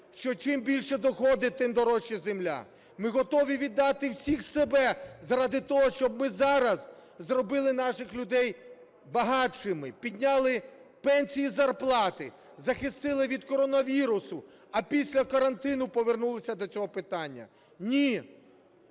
що чим більші доходи, тим дорожча земля. Ми готові віддати всіх себе заради того, щоб ми зараз зробили наших людей багатшими, підняли пенсії і зарплати, захистили від коронавірусу, а після карантину повернулися до цього питання. Ні,